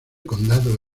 condado